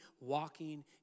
walking